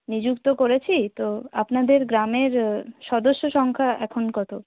নিযুক্ত করেছি তো আপনাদের গ্রামের সদস্য সংখ্যা এখন কতো